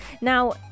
Now